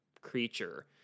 creature